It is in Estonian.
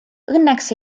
õnneks